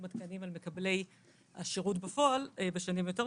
עדכניים על מקבלי השירות בפועל בשנים מאוחרות יותר